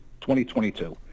2022